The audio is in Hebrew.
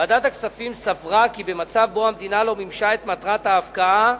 ועדת הכספים סברה כי במצב שבו המדינה לא מימשה את מטרת ההפקעה